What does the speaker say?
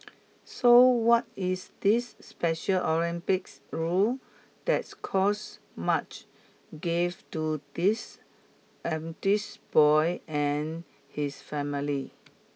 so what is this Special Olympics rule that's caused much grief to this boy and his family